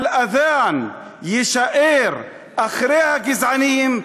אל-אד'אן יישאר אחרי הגזענים,